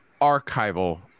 archival